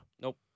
Nope